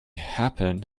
happen